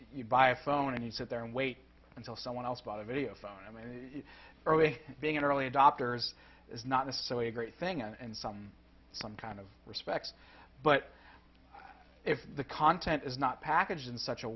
you buy a phone and he said there and wait until someone else bought a video phone i mean early being an early adopters is not necessarily a great thing and some some kind of respect but if the content is not packaged in such a